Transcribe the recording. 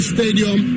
Stadium